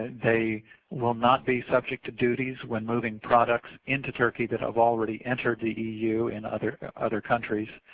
they will not be subject to duties when moving products into turkey that have already entered the eu and other other countries.